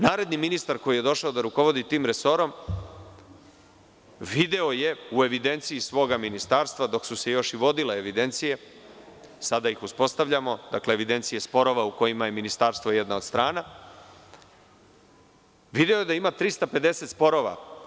Naredni ministar koji je došao da rukovodi tim resorom video je u evidenciji svoga ministarstva dok su se još i vodile evidencije, sada ih uspostavljamo, dakle evidencije sporova u kojima je ministarstvo jedna od strana, video da ima 350 sporova.